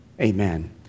Amen